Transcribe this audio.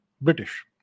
British